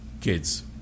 kids